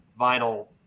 vinyl